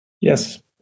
yes